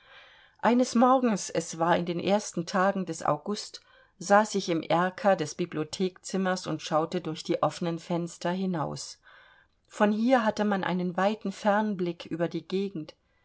eines morgens es war in den ersten tagen des august saß ich im erker des bibliothekzimmers und schaute durch die offenen fenster hinaus von hier hatte man einen weiten fernblick über die gegend